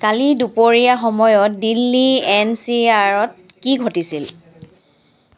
কালি দুপৰীয়া সময়ত Delhi N C আৰত কি ঘটিছিল